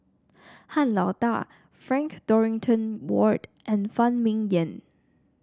Han Lao Da Frank Dorrington Ward and Phan Ming Yen